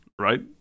right